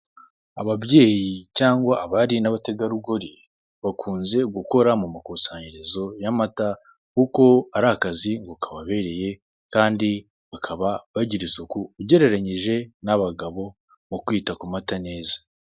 Ababyeyi cyangwa abari n'abategarugori bakunze gukora mu makusanyirizo kuko ari akazi ngo kababereye kandi bakaba bagize isuku ugereranyije n'abagabo mu kwita ku mata neza.